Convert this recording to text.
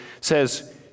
says